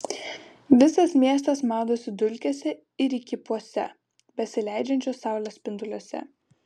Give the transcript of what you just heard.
visas miestas maudosi dulkėse ir įkypuose besileidžiančios saulės spinduliuose